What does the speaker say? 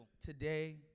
Today